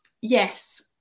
Yes